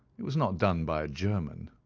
it was not done by a german.